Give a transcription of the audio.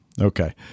Okay